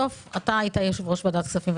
אתה היית יושב-ראש ועדת כספים,